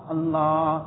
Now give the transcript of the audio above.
Allah